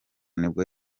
nibwo